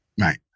Right